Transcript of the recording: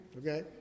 Okay